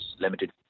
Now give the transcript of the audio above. limited